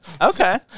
Okay